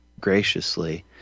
graciously